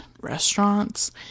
restaurants